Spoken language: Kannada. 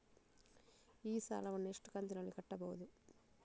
ಈ ಸಾಲವನ್ನು ಎಷ್ಟು ಕಂತಿನಲ್ಲಿ ಕಟ್ಟಬಹುದು?